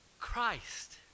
Christ